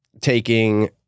taking